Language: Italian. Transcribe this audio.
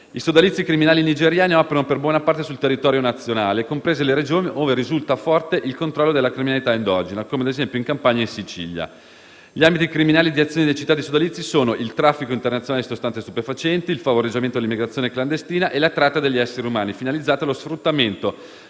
I sodalizi criminali nigeriani operano su buona parte del territorio nazionale, comprese le Regioni ove risulta forte il controllo della criminalità endogena, come ad esempio in Campania e Sicilia. Gli ambiti criminali di azione dei citati sodalizi sono il traffico internazionale di sostanze stupefacenti, il favoreggiamento dell'immigrazione clandestina e la tratta degli esseri umani finalizzata allo sfruttamento